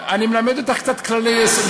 אני מלמד אותך קצת כללי יסוד,